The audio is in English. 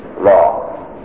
law